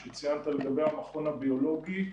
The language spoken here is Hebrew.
שציינת לגבי המכון הביולוגי.